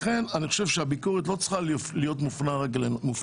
לכן אני חושב שהביקורת לא צריכה להיות מופנית רק אלינו.